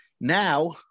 now